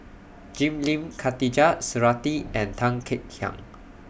Jim Lim Khatijah Surattee and Tan Kek Hiang